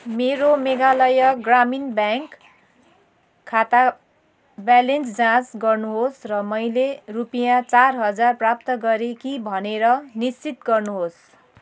मेरो मेघालय ग्रामीण ब्याङ्क खाता ब्यालेन्स जाँच गर्नुहोस् र मैले रुपियाँ चार हजार प्राप्त गरेँ कि भनेर निश्चित गर्नुहोस्